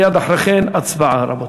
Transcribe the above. ומייד אחרי כן הצבעה, רבותי.